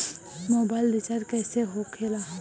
Mobile recharge कैसे होखे ला?